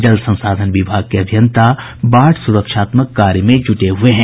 जल संसाधन विभाग के अभियंता बाढ़ सुरक्षात्मक कार्य में जुटे हुये हैं